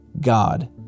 God